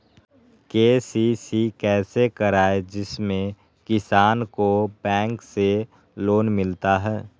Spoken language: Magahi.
के.सी.सी कैसे कराये जिसमे किसान को बैंक से लोन मिलता है?